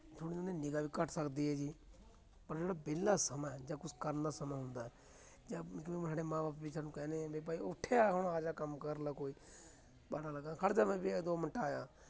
ਥੋੜ੍ਹੀ ਉਹਨਾਂ ਦੀ ਨਿਗ੍ਹਾ ਵੀ ਘੱਟ ਸਕਦੀ ਹੈ ਜੀ ਪਰ ਜਿਹੜਾ ਵਿਹਲਾ ਸਮਾਂ ਆ ਜਾਂ ਕੁਛ ਕਰਨ ਦਾ ਸਮਾਂ ਹੁੰਦਾ ਜਾਂ ਕਿਉਂਕਿ ਸਾਡੇ ਮਾਂ ਬਾਪ ਵੀ ਸਾਨੂੰ ਕਹਿੰਦੇ ਆ ਵੀ ਭਾਈ ਉੱਠ ਆ ਹੁਣ ਆ ਜਾ ਕੰਮ ਕਰ ਲੈ ਕੋਈ ਖੜ੍ਹ ਜਾ ਬੇਬੇ ਆਹ ਦੋ ਮਿੰਟ ਆਇਆ